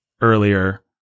earlier